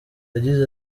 yagize